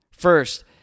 First